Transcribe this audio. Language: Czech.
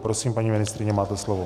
Prosím, paní ministryně, máte slovo.